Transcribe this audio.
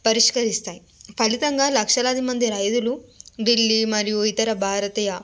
పరిష్కరిస్తాయి ఫలితంగా లక్షలాది మంది రైతులు ఢిల్లీ మరియు ఇతర భారతీయ